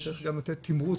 צריך לתת תמרוץ.